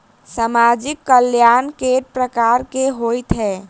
सामाजिक कल्याण केट प्रकार केँ होइ है?